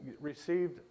received